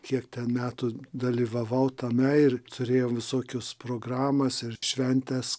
kiek ten metų dalyvavau tame ir turėjom visokius programas ir šventes